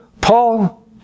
Paul